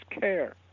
care